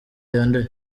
yanduye